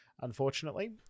unfortunately